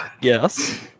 Yes